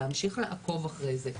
להמשיך לעקוב אחרי זה.